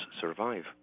survive